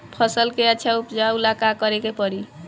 फसल के अच्छा उपजाव ला का करे के परी?